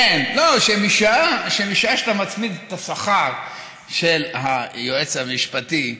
שמשעה שאתה מצמיד את השכר של היועץ המשפטי,